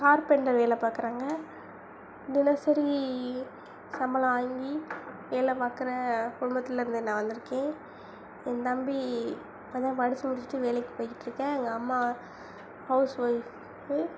carpenter வேலை தினசரி சம்பளம் வாங்கி வேலை பார்க்குற குடும்பத்துலேருந்து நான் வந்திருக்கேன் என் தம்பி இப்போதான் படிச்சு முடிச்சுட்டு வேலைக்கி போய்கிட்டிருக்கேன் எங்கள் அம்மா ஹவுஸ்ஒய்ஃபு